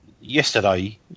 yesterday